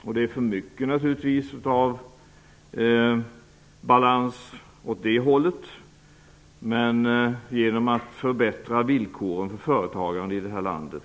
Naturligtvis väger det över för mycket åt det hållet, men genom att vi förbättrar villkoren för företagarna i detta land